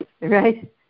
right